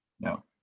No